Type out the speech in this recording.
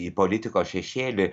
į politikos šešėlį